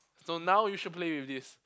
so now you should play with this